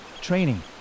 Training